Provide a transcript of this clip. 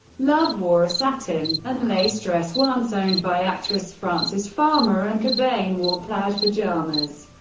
love wore a satin and lace dress once owned by actress frances farmer, and cobain wore plaid pajamas.